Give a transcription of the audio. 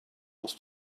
was